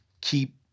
keep